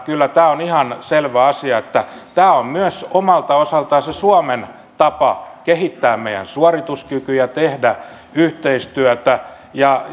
kyllä tämä on ihan selvä asia että tämä on omalta osaltaan myös se suomen tapa kehittää meidän suorituskykyämme tehdä yhteistyötä ja